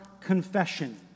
confession